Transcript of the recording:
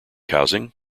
housing